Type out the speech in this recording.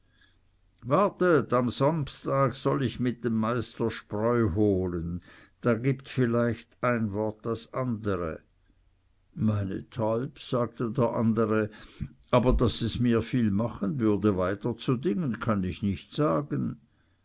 wartet am samstag soll ich mit dem meister spreu holen da gibt vielleicht ein wort das andere meinethalb sagte der andere aber daß es mir viel machen würde weiterzudingen kann ich nicht sagen